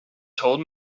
told